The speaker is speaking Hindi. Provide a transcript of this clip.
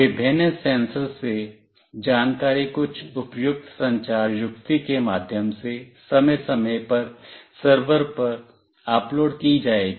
विभिन्न सेंसर से जानकारी कुछ उपयुक्त संचार युक्ति के माध्यम से समय समय पर सर्वर पर अपलोड की जाएगी